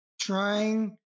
trying